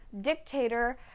dictator